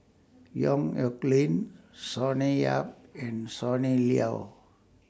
Yong Nyuk Lin Sonny Yap and Sonny Liew